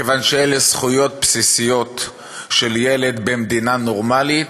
כיוון שאלה זכויות בסיסיות של ילד במדינה נורמלית,